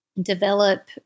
develop